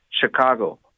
Chicago